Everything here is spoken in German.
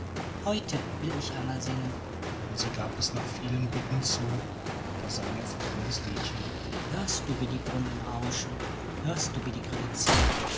heute will ich einmal singen und sie gab es nach vielen bitten zu da sang er folgendes liedchen hörst du wie die brunnen rauschen hörst du wie die grille zirpt